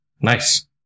Nice